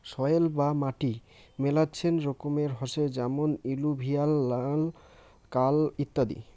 soil বা মাটি মেলাচ্ছেন রকমের হসে যেমন এলুভিয়াল, নাল, কাল ইত্যাদি